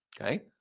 Okay